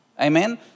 Amen